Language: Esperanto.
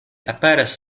aperas